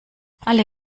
alle